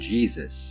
Jesus